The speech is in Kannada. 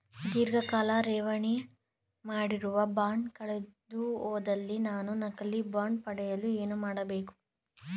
ಧೀರ್ಘಕಾಲ ಠೇವಣಿ ಮಾಡಿರುವ ಬಾಂಡ್ ಕಳೆದುಹೋದಲ್ಲಿ ನಾನು ನಕಲಿ ಬಾಂಡ್ ಪಡೆಯಲು ಏನು ಮಾಡಬೇಕು?